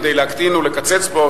כדי להקטין ולקצץ בו,